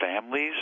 families